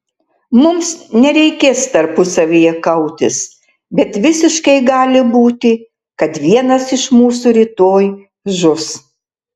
mums nereikės tarpusavyje kautis bet visiškai gali būti kad vienas iš mūsų rytoj žus